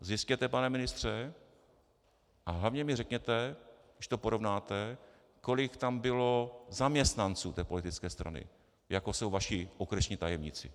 Zjistěte, pane ministře, a hlavně mi řekněte, když to porovnáte, kolik tam bylo zaměstnanců té politické strany, jako jsou vaši okresní tajemníci.